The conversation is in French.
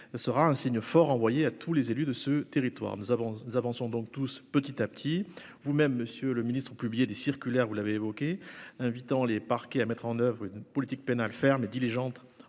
sera un signe fort envoyé à tous les élus de ce territoire, nous avons, nous avançons donc tous petit à petit, vous-même, Monsieur le Ministre publié des circulaires, vous l'avez évoqué, invitant les parquets à mettre en oeuvre une politique pénale ferme et diligente